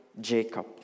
Jacob